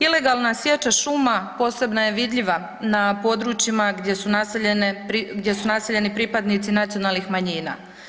Ilegalna sječa šuma posebno je vidljiva na područjima gdje su naseljene, gdje su naseljeni pripadnici nacionalnih manjina.